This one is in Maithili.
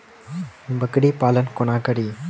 बकरी पालन कोना करि?